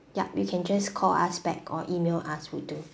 ya you can just call us back or email us would do